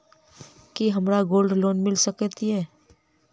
की हमरा gold loan मिल सकैत ये?